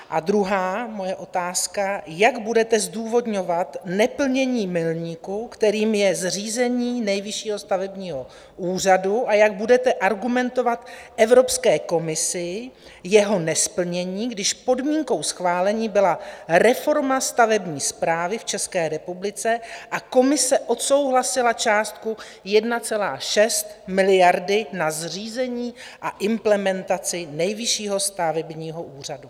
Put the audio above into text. A druhá moje otázka: Jak budete zdůvodňovat neplnění milníku, kterým je zřízení Nejvyššího stavebního úřadu, a jak budete argumentovat Evropské komisi jeho nesplnění, když podmínkou schválení byla reforma stavební správy v České republice a Komise odsouhlasila částku 1,6 miliardy na zřízení a implementaci Nejvyššího stavebního úřadu?